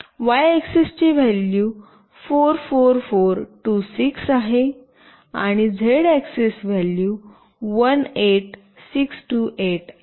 Y axis चे value 44426 आहे आणि झेड ऍक्सेस व्हॅल्यू 18628 आहे